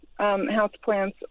houseplants